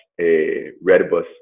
Redbus